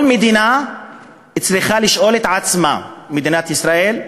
כל מדינה צריכה לשאול את עצמה, מדינת ישראל,